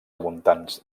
abundants